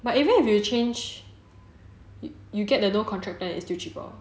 but even if you change you get the no contract plan it's still cheaper